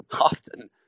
often